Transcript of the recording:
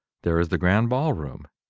there is the grand ball room,